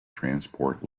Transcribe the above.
transport